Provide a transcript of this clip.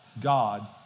God